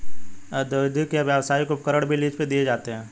औद्योगिक या व्यावसायिक उपकरण भी लीज पर दिए जाते है